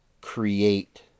create